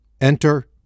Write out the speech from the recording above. Enter